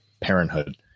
parenthood